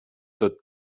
tot